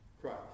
Christ